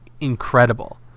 incredible